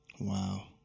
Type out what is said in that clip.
Wow